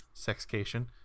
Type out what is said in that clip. sexcation